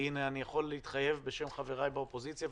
אני יכול להתחייב בשם חבריי מהאופוזיציה,